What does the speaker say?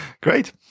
Great